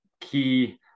key